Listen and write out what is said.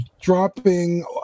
dropping